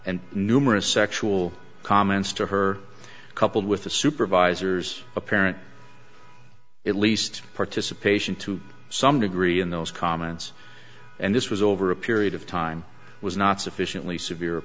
and numerous sexual comments to her coupled with the supervisor's apparent at least participation to some degree in those comments and this was over a period of time was not sufficiently severe